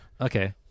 Okay